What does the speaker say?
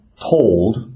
told